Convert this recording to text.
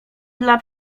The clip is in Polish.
dla